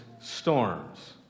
storms